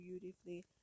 beautifully